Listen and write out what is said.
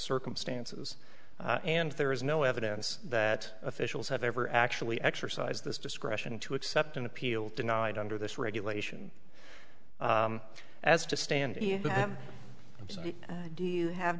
circumstances and there is no evidence that officials have ever actually exercise this discretion to accept an appeal denied under this regulation as to stand so do you have